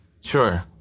Sure